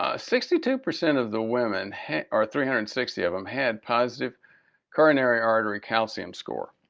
ah sixty two percent of the women or three hundred and sixty of them had positive coronary artery calcium scores.